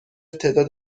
تعداد